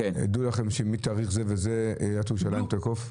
דעו לכם שמתאריך זה וזה עיריית ירושלים תאכוף.